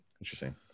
Interesting